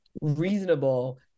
reasonable